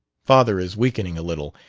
father is weakening a little.